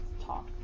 talk